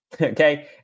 Okay